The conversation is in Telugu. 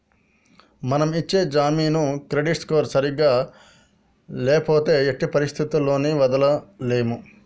మనం ఇచ్చే జామీను క్రెడిట్ స్కోర్ సరిగ్గా ల్యాపోతే ఎట్టి పరిస్థతుల్లోను వదలలేము